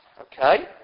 okay